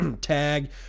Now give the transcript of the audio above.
tag